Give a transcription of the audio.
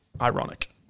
ironic